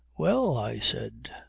well, i said.